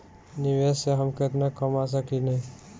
निवेश से हम केतना कमा सकेनी?